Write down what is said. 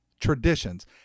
traditions